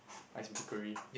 icebreakery